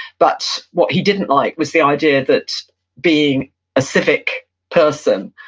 but what he didn't like was the idea that being a civic person,